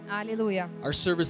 Hallelujah